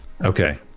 Okay